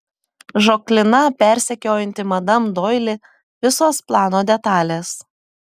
žaklina persekiojanti madam doili visos plano detalės